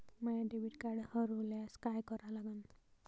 माय debit card हरोल्यास काय करा लागन?